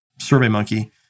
SurveyMonkey